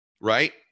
Right